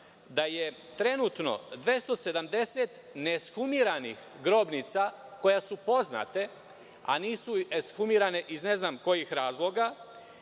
da je trenutno 270 neeshumiranih grobnica koje su poznate, a nisu eshumirane iz ne znam kojih razloga,